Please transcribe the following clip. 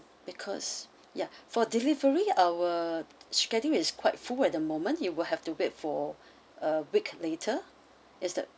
because ya for delivery our schedule it's quite full at the moment you will have to wait for a week later is that